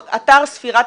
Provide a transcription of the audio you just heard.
לא להפריע,